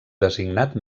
designat